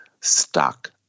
stuck